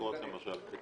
מתחת לתקרות, למשל.